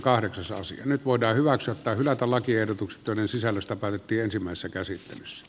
nyt voidaan hyväksyä tai hylätä lakiehdotukset joiden sisällöstä alitti ensimmäistä käsittelyssä